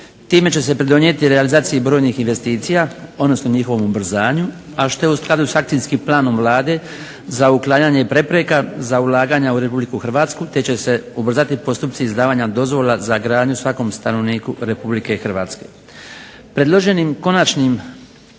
Time će se pridonijeti realizaciji brojnih investicija odnosno njihovom ubrzanju, a što je u skladu s akcijskim planom Vlade za uklanjanje prepreka za ulaganja u Republiku Hrvatsku te će se ubrzati postupci izdavanja dozvola za gradnju svakom stanovniku Republike Hrvatske. Predloženim konačnim